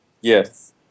Yes